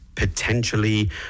Potentially